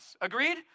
Agreed